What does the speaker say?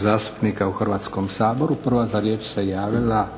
zastupnika u Hrvatskom saboru. Prva za riječ se javila